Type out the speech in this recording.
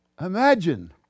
Imagine